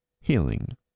healing